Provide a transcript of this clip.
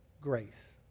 grace